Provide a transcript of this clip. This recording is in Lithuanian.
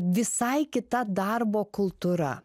visai kita darbo kultūra